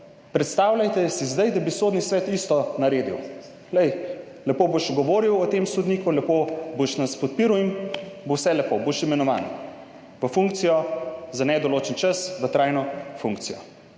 Predstavljajte si zdaj, da bi Sodni svet naredil isto. Glej, lepo boš govoril o tem sodniku, lepo nas boš podpiral in bo vse lepo, imenovan boš v funkcijo za nedoločen čas, v trajno funkcijo.